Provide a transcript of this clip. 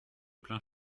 plein